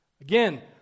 Again